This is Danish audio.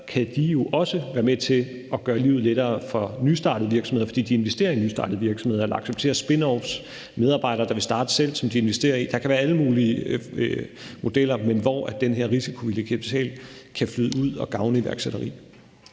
kan de jo også være med til at gøre livet lettere for nystartede virksomheder, fordi de investerer i nystartede virksomheder eller accepterer spinoffs – medarbejdere, der vil starte selv, som de investerer i. Der kan være alle mulige modeller, hvor den her risikovillige kapital kan flyde ud og gavne iværksætteri.